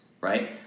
right